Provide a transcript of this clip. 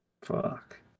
Fuck